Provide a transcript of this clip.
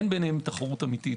אין ביניהם תחרות אמיתית.